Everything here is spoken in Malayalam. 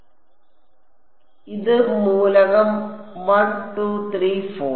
അതിനാൽ ഇത് മൂലകം 1 2 3 4